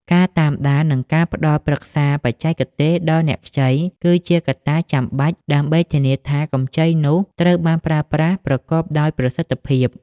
ការតាមដាន និងការផ្ដល់ប្រឹក្សាបច្ចេកទេសដល់អ្នកខ្ចី គឺជាកត្តាចាំបាច់ដើម្បីធានាថា កម្ចីនោះត្រូវបានប្រើប្រាស់ប្រកបដោយប្រសិទ្ធភាព។